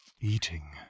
eating